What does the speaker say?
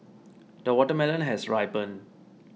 the watermelon has ripened